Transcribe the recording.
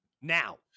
Now